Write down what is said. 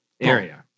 area